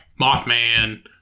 Mothman